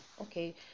okay